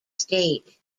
state